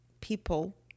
people